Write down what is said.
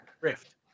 Rift